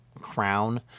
crown